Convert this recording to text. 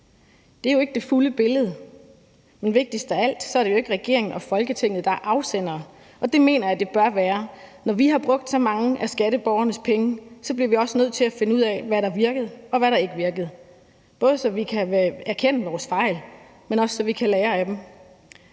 Det er jo ikke det fulde billede, men vigtigst af alt er det ikke regeringen og Folketinget, der er afsender, og det mener jeg at det bør være. Når vi har brugt så mange af skatteborgernes penge, bliver vi også nødt til at finde ud af, hvad der virkede, og hvad der ikke virkede, både så vi kan erkende vores fejl, men også så vi kan lære af dem,